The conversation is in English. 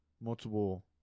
multiple